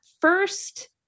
first